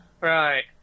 Right